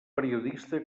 periodista